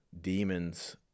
demons